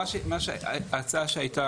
ההצעה שהייתה,